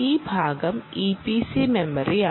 ഈ ഭാഗം ഇപിസി മെമ്മറിയാണ്